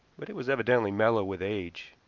but it was evidently mellow with age.